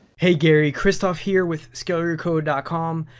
hey gary, chirstophe here with scaleyourcode ah com.